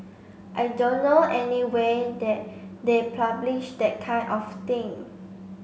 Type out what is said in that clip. I don't know anyway that they publish that kind of thing